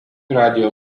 radijo